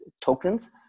tokens